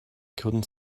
couldn’t